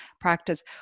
practice